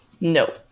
no